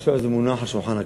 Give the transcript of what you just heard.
ועכשיו זה מונח על שולחן הכנסת.